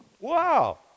Wow